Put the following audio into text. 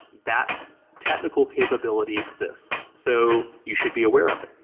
that technical capability exists. so you should be aware of it.